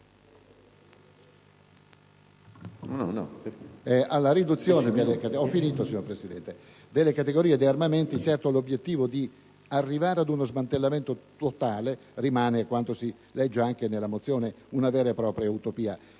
alla riduzione delle categorie di armamenti, l'obiettivo di arrivare ad uno smantellamento totale rimane, come si legge anche nella mozione, una vera e proprio utopia.